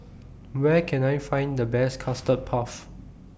Where Can I Find The Best Custard Puff